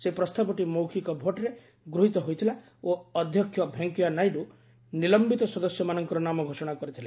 ସେହି ପ୍ରସ୍ତାବଟି ମୌଖିକ ଭୋଟ୍ରେ ଗୃହୀତ ହୋଇଥିଲା ଓ ଅଧ୍ୟକ୍ଷ ଭେଙ୍କିୟାନାଇଡ଼ୁ ନିଲମ୍ବିତ ସଦସ୍ୟମାନଙ୍କର ନାମ ଘୋଷଣା କରିଥିଲେ